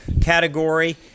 category